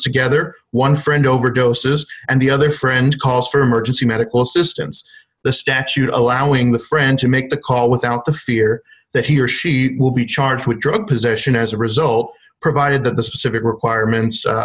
together one friend overdoses and the other friend calls for emergency medical assistance the statute allowing the friend to make the call without the fear that he or she will be charged with drug possession as a result provided that the specific requirements